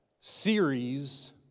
series